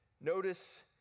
Notice